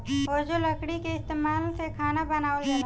आजो लकड़ी के इस्तमाल से खाना बनावल जाला